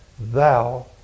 thou